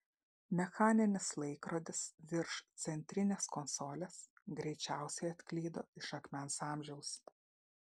mechaninis laikrodis virš centrinės konsolės greičiausiai atklydo iš akmens amžiaus